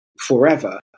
forever